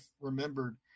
remembered